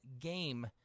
game